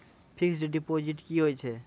Fixed deposit की होय छै?